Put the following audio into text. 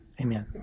amen